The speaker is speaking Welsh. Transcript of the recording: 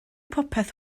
popeth